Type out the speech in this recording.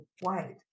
white